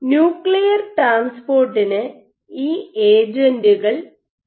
nuclear ട്രാൻസ്പോർട്ടിന് ഈ ഏജന്റുകൾ ആവശ്യമാണ്